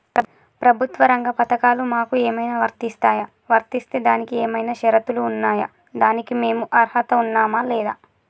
ప్రభుత్వ రంగ పథకాలు మాకు ఏమైనా వర్తిస్తాయా? వర్తిస్తే దానికి ఏమైనా షరతులు ఉన్నాయా? దానికి మేము అర్హత ఉన్నామా లేదా?